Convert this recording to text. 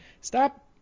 stop